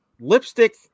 Lipstick